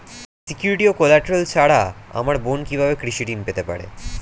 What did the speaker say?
Security ও collateral ছাড়া আমার বোন কিভাবে কৃষি ঋন পেতে পারে?